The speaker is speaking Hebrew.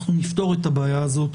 אנחנו נפתור את הבעיה הזאת.